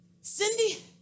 Cindy